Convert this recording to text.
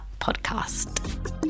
Podcast